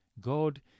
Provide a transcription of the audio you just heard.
God